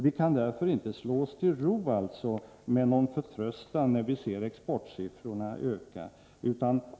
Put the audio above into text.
Därför får vi inte slå oss till ro, när vi ser att exportsiffrorna blir bättre.